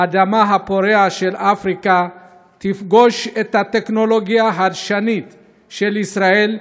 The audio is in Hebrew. האדמה הפורה של אפריקה תפגוש את הטכנולוגיה החדשנית של ישראל,